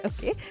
Okay